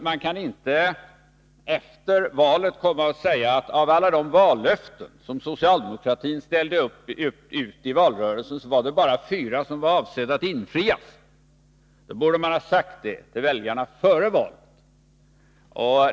Man kan inte efter valet komma och säga att av alla de vallöften som socialdemokraterna ställde ut i valrörelsen var det bara fyra som skulle infrias. Man borde ha sagt detta till väljarna före valet.